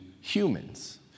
humans